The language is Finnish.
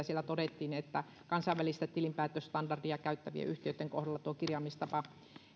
siellä todettiin että kansainvälistä tilinpäätösstandardia käyttävien yhtiöitten kohdalla tuo kirjaamistapa